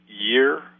year